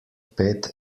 pet